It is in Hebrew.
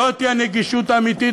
זוהי הנגישות האמיתית,